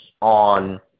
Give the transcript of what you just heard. on